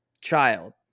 child